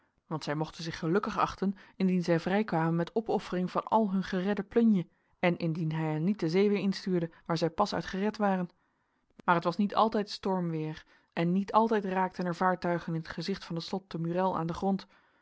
want zij mochten zich gelukkig achten indien zij vrij kwamen met opoffering van al hun geredde plunje en indien hij hen niet de zee weer instuurde waar zij pas uit gered waren maar het was niet altijd stormweer en niet altijd raakten er vaartuigen in het gezicht van het slot te murél aan den grond